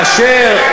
תענה וכאשר,